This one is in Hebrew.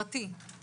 אוקיי.